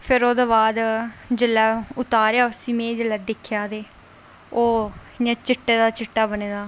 ते फिर ओह्दे बाद जेल्लै में उतारेआ उसी ते दिक्खेआ ते ओह् इं'या चिट्टे दा चिट्टा बने दा